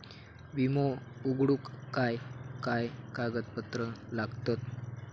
विमो उघडूक काय काय कागदपत्र लागतत?